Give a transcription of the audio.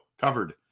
Covered